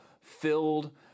filled